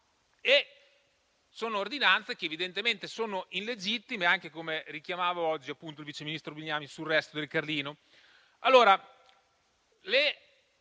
Sono ordinanze che, evidentemente, sono illegittime, anche come richiamava oggi il vice ministro Bignami su «Il Resto del Carlino».